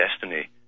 destiny